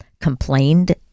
complained